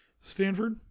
Stanford